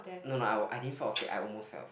no no I w~ I didn't fall asleep I almost fell